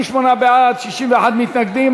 58 בעד, 61 מתנגדים.